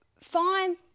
Fine